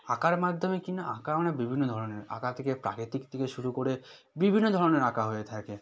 আঁকার মাধ্যমে কি না আঁকা মানে বিভিন্ন ধরনের আঁকা থেকে প্রাকৃতিক থেকে শুরু করে বিভিন্ন ধরনের আঁকা হয়ে থাকে